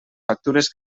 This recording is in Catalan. factures